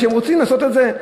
שרוצים לעשות את זה,